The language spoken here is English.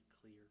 clear